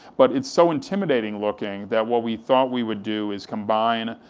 but it's so intimidating looking that what we thought we would do is combine,